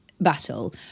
battle